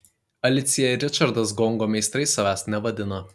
alicija ir ričardas gongo meistrais savęs nevadina